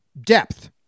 depth